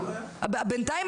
בינתיים,